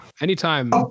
anytime